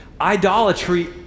Idolatry